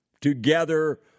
together